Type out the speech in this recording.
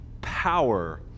power